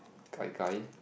gai-gai